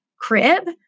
crib